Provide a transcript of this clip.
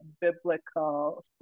biblical